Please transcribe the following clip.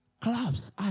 Clubs